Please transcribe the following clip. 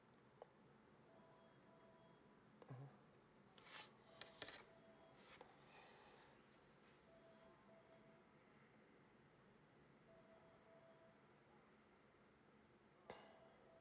mmhmm